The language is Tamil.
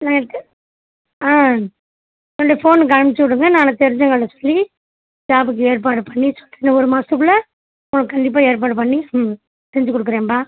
ஆ என்னோட ஃபோனுக்கு அனுப்பிச்சு விடுங்கள் நானும் தெரிஞ்சவங்கள்கிட்ட சொல்லி ஜாபுக்கு ஏற்பாடு பண்ணிவிட்டு சொல்கிறேன் இன்னும் ஒரு மாசத்துக்குள்ளே அவங்க கண்டிப்பாக ஏற்பாடு பண்ணி ம் செஞ்சு கொடுக்குறேன்பா